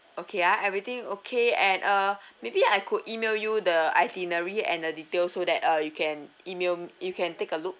okay ah everything okay and uh maybe I could email you the itinerary and the details so that uh you can email m~ you can take a look